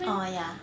oh ya